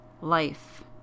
life